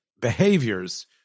behaviors